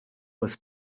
was